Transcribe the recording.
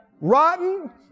rotten